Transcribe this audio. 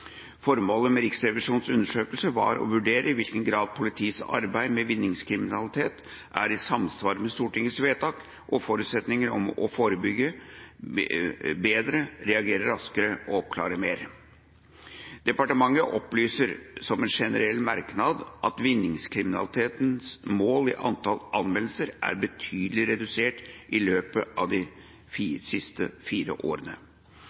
Formålet med Riksrevisjonens undersøkelse var å vurdere i hvilken grad politiets arbeid med vinningskriminalitet er i samsvar med Stortingets vedtak og forutsetninger om å forebygge bedre, reagere raskere og oppklare mer. Departementet opplyser som en generell merknad at vinningskriminalitetens mål i antall anmeldelser er betydelig redusert i løpet av de siste fire årene.